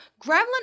Gremlin